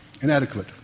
inadequate